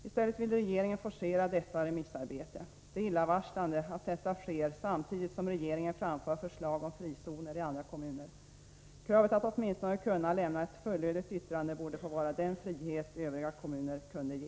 I stället vill regeringen forcera remissarbetet. Det är illavarslande. Samtidigt lägger regeringen fram förslag om frizoner i andra kommuner. Övriga kommuner borde åtminstone få möjlighet att lämna ett fullödigt yttrande.